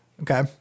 okay